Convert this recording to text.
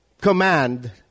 command